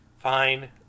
Fine